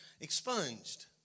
expunged